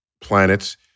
planets